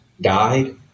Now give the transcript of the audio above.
died